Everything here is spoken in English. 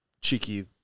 cheeky